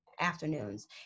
afternoons